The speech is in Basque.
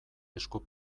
esku